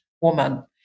woman